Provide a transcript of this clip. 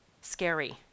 Scary